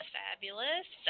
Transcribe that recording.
fabulous